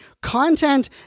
content